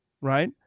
right